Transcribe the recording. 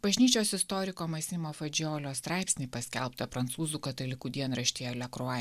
bažnyčios istoriko masimo fadžiolio straipsnį paskelbtą prancūzų katalikų dienraštyje le krua